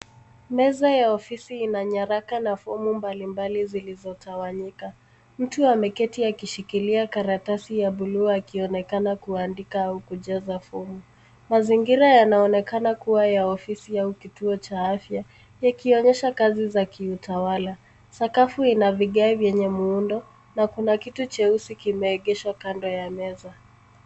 Meza ya ofisi ina nyaraka na fomu mbali mbali zilizotawanyika. Mtu ameketi akishikilia karatasi ya bluu akionekana kuandika au kujaza fomu. Mazingira yanaonekana kuwa ya ofisi au kituo cha afya yakionyesha kazi za kiutawala. Sakafu ina vigae enye miundo na kuna kitu jeusi kimegeeshwa kando ya meza.